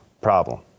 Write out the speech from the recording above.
problem